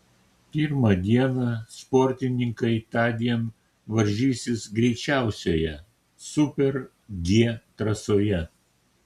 pirmą dieną sportininkai tądien varžysis greičiausioje super g trasoje